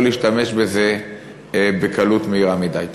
לא להשתמש בזה בקלות מהירה מדי.